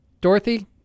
Dorothy